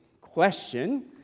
question